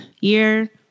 year